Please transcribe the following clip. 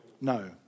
no